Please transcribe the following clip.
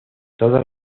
todas